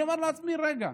אני אומר לעצמי, רגע,